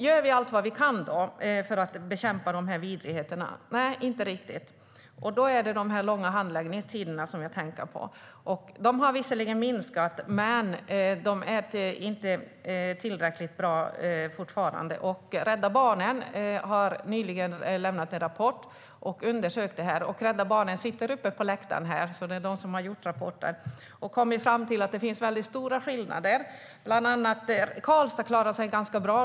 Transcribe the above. Gör vi allt vi kan för att bekämpa dessa vidrigheter? Nej, det gör vi inte. Då tänker jag på de långa handläggningstiderna. De har visserligen minskat, men de är fortfarande inte tillräckligt bra. Rädda Barnen har undersökt detta och nyligen lämnat en rapport. Representanter från Rädda Barnen sitter också uppe på läktaren och lyssnar på debatten. De har kommit fram till att det finns mycket stora skillnader. Karlstad klarar sig ganska bra.